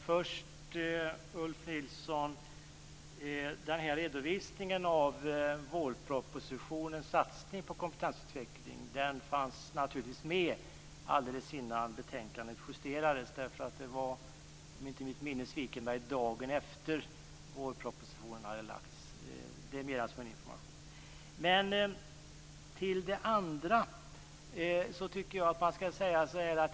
Fru talman! Först, Ulf Nilsson, vill jag säga att redovisningen av vårpropositionens satsning på kompetensutveckling naturligtvis fanns med alldeles innan betänkandet justerades. Det var, om inte mitt minne sviker mig, dagen efter det att vårpropositionen hade lagts fram. Det säger jag mer som en information. Tillbaka till vår diskussion.